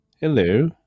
Hello